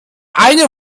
eine